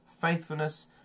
faithfulness